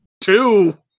two